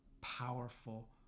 powerful